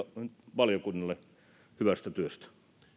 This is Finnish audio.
valiokunnalle hyvästä työstä